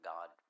God